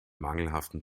mangelhaften